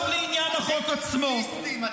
אתם קומוניסטים.